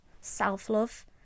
self-love